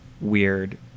weird